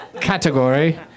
category